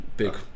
big